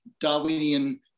Darwinian